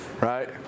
right